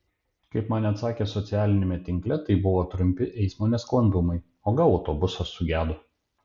kaip man atsakė socialiniame tinkle tai buvo trumpi eismo nesklandumai o gal autobusas sugedo